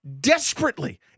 desperately